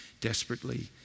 desperately